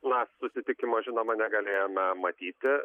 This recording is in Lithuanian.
na susitikimo žinoma negalėjome matyti